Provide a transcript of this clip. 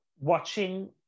Watching